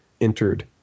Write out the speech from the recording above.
entered